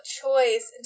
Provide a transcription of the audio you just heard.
choice